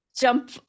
jump